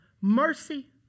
mercy